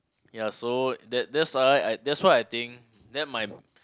ya so that that's why I that's why I think that might